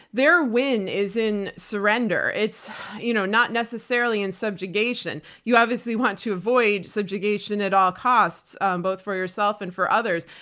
their win is in surrender. it's you know not necessarily in subjugation. you obviously want to avoid subjugation at all costs um both for yourself and for others.